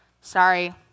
sorry